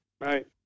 Right